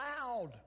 loud